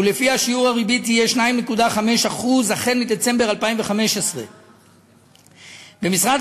ולפיה שיעור הריבית יהיה 2.5% מדצמבר 2015. במשרד